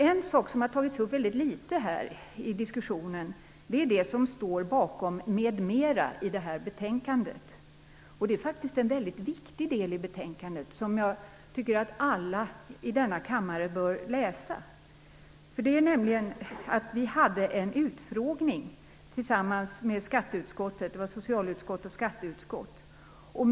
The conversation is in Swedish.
En fråga som har tagits upp väldigt litet i diskussionen är det som står bakom "m.m." i betänkandet. Det är faktiskt en väldigt viktig del som jag tycker att alla i denna kammare bör ta del av. Socialutskottet och skatteutskottet har haft en gemensam utfrågning.